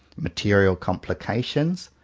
material complications,